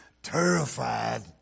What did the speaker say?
terrified